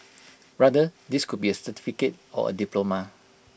rather this could be A certificate or diploma